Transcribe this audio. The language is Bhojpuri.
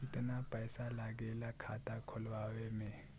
कितना पैसा लागेला खाता खोलवावे में?